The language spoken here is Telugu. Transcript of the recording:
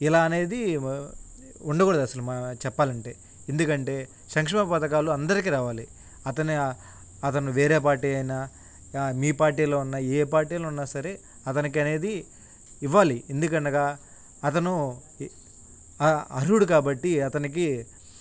ఇలా అనేది వ ఉండకూడదు అసలు మా చెప్పాలంటే ఎందుకంటే సంక్షేమ పథకాలు అందరికీ రావాలి అతని అతను వేరే పార్టీ అయినా మీ పార్టీలో ఉన్నా ఏ పార్టీలో ఉన్నా సరే అతనికనేది ఇవ్వాలి ఎందుకనగా అతను అర్హుడు కాబట్టి అతనికి